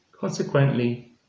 Consequently